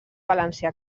valencià